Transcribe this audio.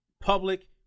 Public